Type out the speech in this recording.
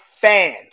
fans